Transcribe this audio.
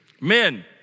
men